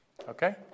Okay